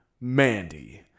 mandy